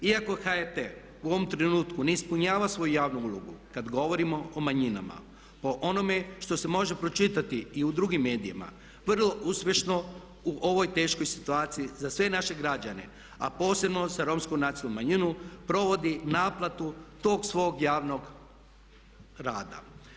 Iako HRT u ovom trenutku ne ispunjava svoju javnu ulogu kada govorimo o manjinama, o onome što se može pročitati i u drugim medijima vrlo uspješno u ovoj teškoj situaciji za sve naše građane a posebno za Romsku nacionalnu manjinu provodi naplatu tog svog javnog rada.